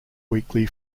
weekly